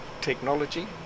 Technology